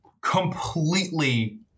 completely